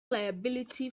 liability